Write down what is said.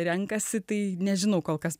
renkasi tai nežinau kol kas